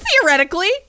theoretically